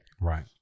Right